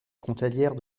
frontalière